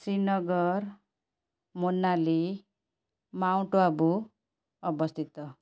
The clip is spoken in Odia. ଶ୍ରୀନଗର ମନାଲି ମାଉଣ୍ଟଆବୁ ଅବସ୍ଥିତ